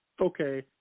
okay